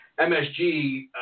MSG